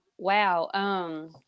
Wow